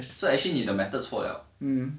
so actually 你的 methods 错 liao